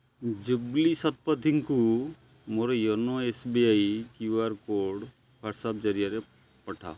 ଜୁବ୍ଲି ଶତପଥୀଙ୍କୁ ମୋର YONO S B I Q R code WhatsApp ଜରିଆରେ ପଠାଅ